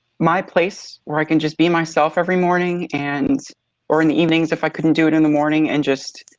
my place where i can just be myself every morning, and or in the evenings if i couldn't do it in the morning and just